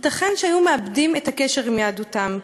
ייתכן שהיו מאבדים את הקשר עם יהדותם,